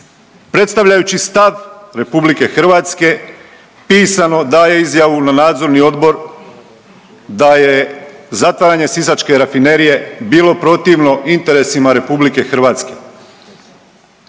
predstavljajući stav RH pisano daje izjavu na nadzorni odbor da je zatvaranje sisačke rafinerije bilo protivno interesima RH.